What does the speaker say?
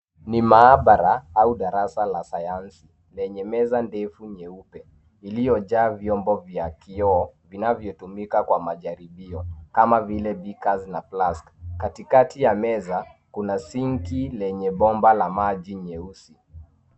Ni maabara au darasa la sayansi lenye meza ndefu nyeupe iliyojaa vyombo vya kioo vinavyotumika kwa kwenye majaribio kama vile beakers na flask .Katikati ya meza, kuna sinki lenye bomba la maji nyeusi.